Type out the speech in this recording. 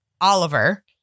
Oliver